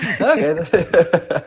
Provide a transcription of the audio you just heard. Okay